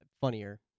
funnier